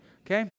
Okay